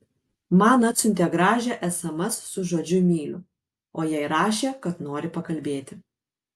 man atsiuntė gražią sms su žodžiu myliu o jai rašė kad nori pakalbėti